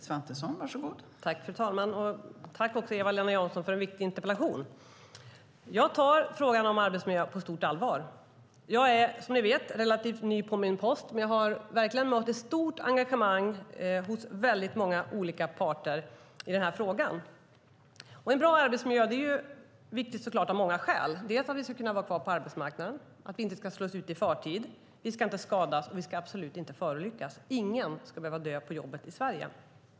Fru talman! Tack, Eva-Lena Jansson, för en viktig interpellation! Jag tar frågan om arbetsmiljön på stort allvar. Jag är, som ni vet, relativt ny på min post, men jag har verkligen mött ett stort engagemang hos många olika parter i den här frågan. En bra arbetsmiljö är viktigt av många skäl, för att vi ska kunna vara kvar på arbetsmarknaden, så att vi inte ska slås ut i förtid, för att vi inte ska skadas och absolut inte förolyckas. Ingen ska behöva dö på jobbet i Sverige.